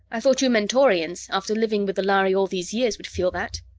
i thought you mentorians, after living with the lhari all these years, would feel that.